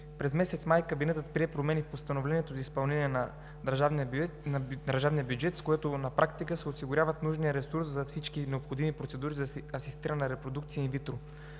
През месец май кабинетът прие промени в Постановлението за изпълнение на държавния бюджет, с което на практика се осигурява нужният ресурс за всички необходими процедури за асистирана репродукция инвитро.